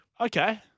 Okay